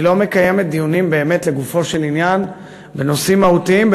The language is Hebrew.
היא לא מקיימת דיונים באמת לגופו של עניין בנושאים מהותיים,